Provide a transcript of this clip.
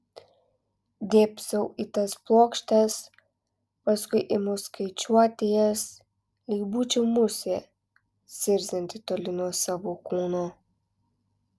dėbsau į tas plokštes paskui imu skaičiuoti jas lyg būčiau musė zirzianti toli nuo savo kūno